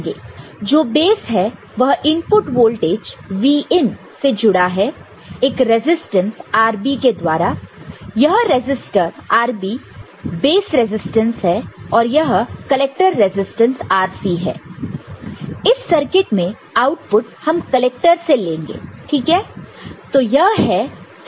और जो बेस है वह इनपुट वोल्टेज Vin से जुड़ा है एक रेसिस्टेंस RB के द्वारा यह रेसिस्टर RB है बेस रेसिस्टेंस और यह है कलेक्टर रेसिस्टेंस RC इस सर्किट में आउटपुट हम कलेक्टर से लेंगे ठीक है